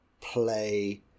play